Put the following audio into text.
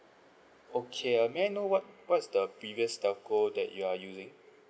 okay uh may I know what what's the previous telco that you are using